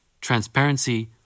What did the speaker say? transparency